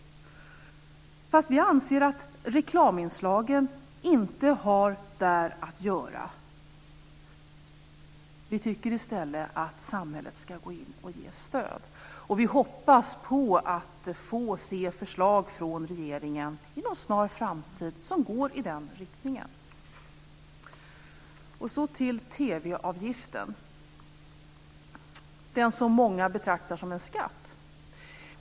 Men vi anser att reklaminslagen inte har där att göra. Vi tycker i stället att samhället ska gå in och ge stöd, och vi hoppas på att få se förslag från regeringen inom en snar framtid som går i den riktningen. Så går jag över till TV-avgiften, den som många betraktar som en skatt.